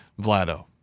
Vlado